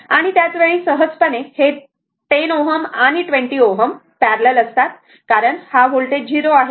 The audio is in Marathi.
आणि त्याच वेळी सहजपणे हे 10 Ω आणि 20 Ω पॅरलल असतात कारण हा व्होल्टेज 0 आहे